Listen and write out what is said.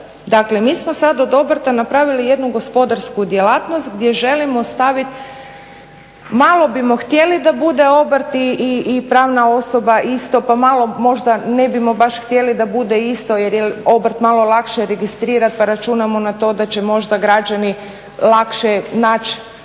Dakle, mi smo sad od obrta napravili jednu gospodarsku djelatnost gdje želimo stavit, malo bimo htjeli da bude obrt i pravna osoba isto, pa malo možda ne bimo baš htjeli da bude isto jer je obrt malo lakše registrirat, pa računamo na to da će možda građani lakše naći